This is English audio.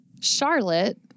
Charlotte